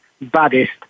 baddest